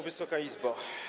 Wysoka Izbo!